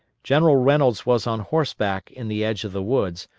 general reynolds was on horseback in the edge of the woods,